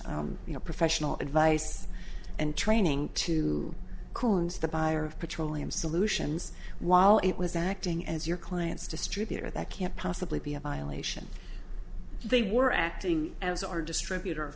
of you know professional advice and training to kone's the buyer of petroleum solutions while it was acting as your client's distributor that can't possibly be a violation they were acting as our distributor